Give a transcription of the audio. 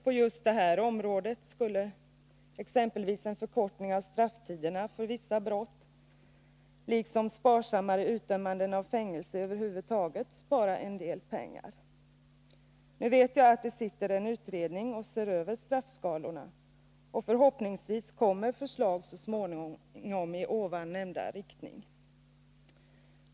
På det här området skulle exempelvis en förkortning av strafftiderna för vissa brott, liksom sparsammare utdömanden av fängelsestraff över huvud taget, spara en heldel pengar. Nu vet jag att en sittande utredning ser över straffskalorna, och förhoppningsvis kommer förslag så småningom i här nämnd riktning.